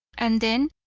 and then,